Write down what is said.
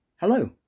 Hello